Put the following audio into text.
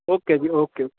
okay ji okay okay